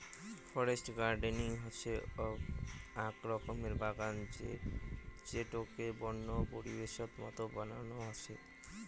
forest gardening হসে আক রকমের বাগান যেটোকে বন্য পরিবেশের মত বানানো হসে